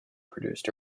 produced